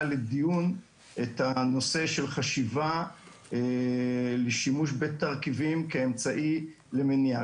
לדיון את הנושא של חשיבה על שימוש בתרכיבים כאמצעי למניעה.